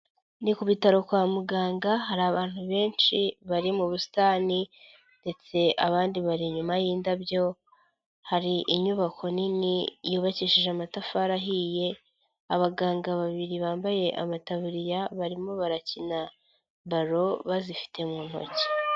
Ni ku bitaro kwa muganga hari abantu benshi bari mu busitani ndetse abandi bari inyuma y'indabyo, hari inyubako nini yubakishije amatafari ahiye, abaganga babiri bambaye amataburiya barimo barakina ballon bazifite mu intoki.